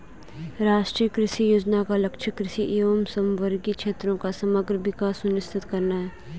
राष्ट्रीय कृषि योजना का लक्ष्य कृषि एवं समवर्गी क्षेत्रों का समग्र विकास सुनिश्चित करना है